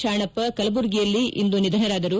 ಶಾಣಪ್ಪ ಕೆಲಬುರ್ಗಿಯಲ್ಲಿ ಇಂದು ನಿಧನರಾದರು